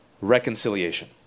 reconciliation